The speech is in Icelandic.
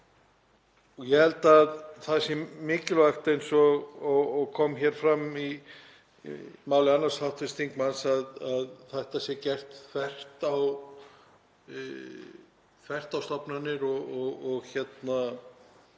Ég held að það sé mikilvægt, eins og kom fram í máli annars hv. þingmanns, að þetta sé gert þvert á stofnanir og háskóla.